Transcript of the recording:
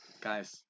Guys